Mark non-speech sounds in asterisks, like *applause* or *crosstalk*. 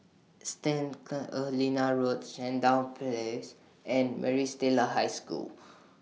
Saint *unintelligible* Helena Road Sandown Place and Maris Stella High School